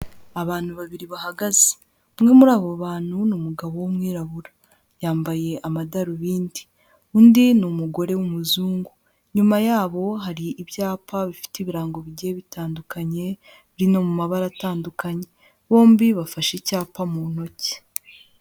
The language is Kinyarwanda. Abantu babiri bahagaze, umwe muri abo bantu ni umugabo w'umwirabura, yambaye amadarubindi, undi ni umugore w'umuzungu, inyuma yabo hari ibyapa bifite ibirango bigiye bitandukanye biri no mu mabara atandukanye, bombi bafashe icyapa mu ntoki.